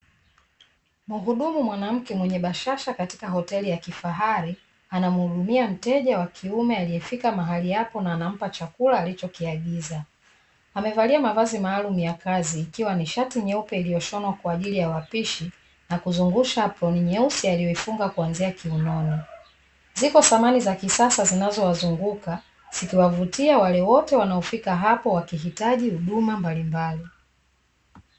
Mhudumu mwanamke mwenye bashasha katika hoteli ya kifahari, anamhudumia mteja wa mwanaume aliyefika mahali hapo na anampa chakula alichokiagiza. amevalia mavazi maalumu ya kazi ikiwa ni shati nyeupe iliyoshonwa kwa ajili ya wapishi, na kuzungusha aproni nyeusi aliyoifunga kuanzia kiunoni. ziko samani za kisasa zinazowazunguka, zikiwavutia wote wanaofika hapo wakihitaji huduma mbalimbali.